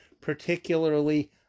particularly